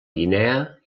guinea